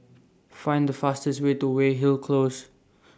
Find The fastest Way to Weyhill Close